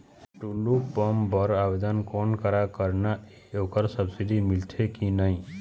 Tullu pump बर आवेदन कोन करा करना ये ओकर सब्सिडी मिलथे की नई?